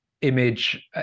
image